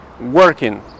working